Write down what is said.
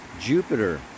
Jupiter